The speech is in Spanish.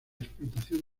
explotación